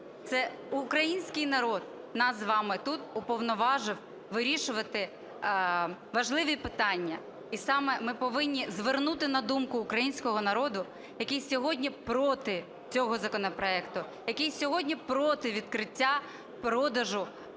Це український народ нас з вами тут уповноважив вирішувати важливі питання. І саме ми повинні звернути, на думку українського народу, який сьогодні проти цього законопроекту, який сьогодні проти відкриття продажу